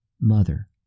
mother